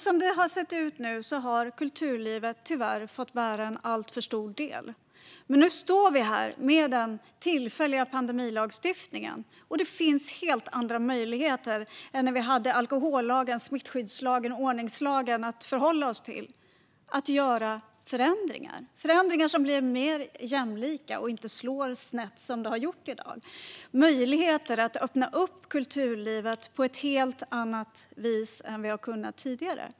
Som det har sett ut nu har kulturlivet tyvärr fått bära en alltför stor del, men nu står vi här med den tillfälliga pandemilagstiftningen och har helt andra möjligheter att göra förändringar än vi hade med alkohollagen, smittskyddslagen och ordningslagen. Dessa förändringar blir mer jämlika och slår inte snett, som de har gjort hittills. Det skapar möjligheter att öppna upp kulturlivet på ett helt annat vis än vi har kunnat tidigare.